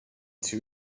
two